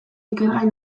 ikergai